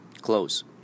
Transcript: close